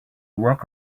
work